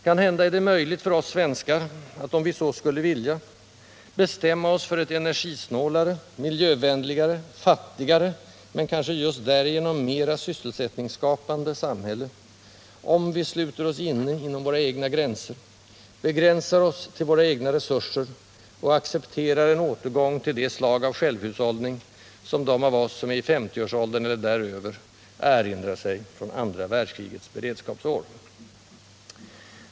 Kanhända är det möjligt för oss svenskar att — om vi så skulle vilja — bestämma oss för ett energisnålare, miljövänligare, fattigare, men kanske just därigenom mera sysselsättningsskapande samhälle, om vi sluter oss inne inom våra egna gränser, begränsar oss till våra egna resurser och accepterar en återgång till det slag av självhushållning, som de av oss som är i femtioårsåldern eller däröver erinrar sig från andra världskrigets beredskapsår.